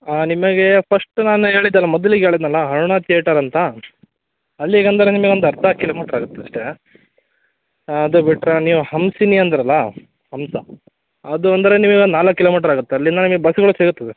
ನಿಮಗೆ ಫಶ್ಟು ನಾನು ಹೇಳಿದ್ದೆ ಅಲ್ಲ ಮೊದಲಿಗೆ ಹೇಳಿದ್ನಲಾ ಅರುಣ ತಿಯೇಟರ್ ಅಂತ ಅಲ್ಲಿಗೆ ಅಂದರೆ ನಿಮಗೆ ಒಂದು ಅರ್ಧ ಕಿಲೋಮೀಟ್ರ್ ಆಗುತ್ತಷ್ಟೇ ಅದು ಬಿಟ್ಟರೆ ನೀವು ಹಂಸಿನಿ ಅಂದ್ರಲ್ಲಾ ಹಂಸ ಅದು ಅಂದರೆ ನಿಮಗೊಂದು ನಾಲ್ಕು ಕಿಲೋಮೀಟ್ರ್ ಆಗುತ್ತೆ ಅಲ್ಲಿಂದ ನಿಮಗೆ ಬಸ್ಸುಗಳು ಸಿಗುತ್ತವೆ